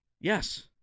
Yes